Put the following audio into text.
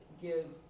gives